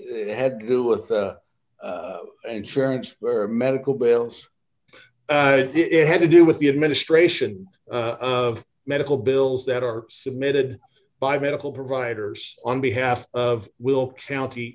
you had to do with the insurance or medical bills it had to do with the administration of medical bills that are submitted by medical providers on behalf of will county